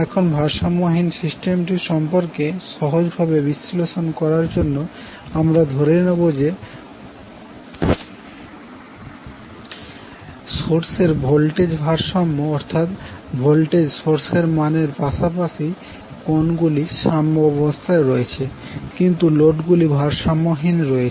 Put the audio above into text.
এখন ভারসাম্যহীন সিস্টেমটির সম্পর্কে সহজ ভাবে বিশ্লেষণ করার জন্য আমরা ধরে নেব যে সোর্স এর ভোল্টেজ ভারসাম্য অর্থাৎ ভোল্টেজ সোর্সের মানের পাশাপাশি কোন গুলি সাম্যবস্থায় রয়েছে কিন্তু লোড গুলি ভারসাম্যহীন রয়েছে